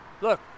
Look